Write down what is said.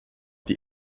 die